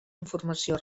informació